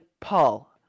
Paul